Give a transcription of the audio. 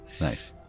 nice